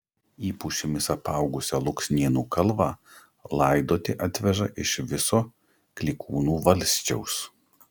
į pušimis apaugusią luksnėnų kalvą laidoti atveža iš viso klykūnų valsčiaus